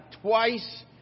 twice